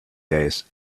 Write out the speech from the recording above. days